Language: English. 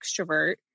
extrovert